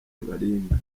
baringa